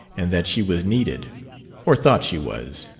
and that she was needed or thought she was.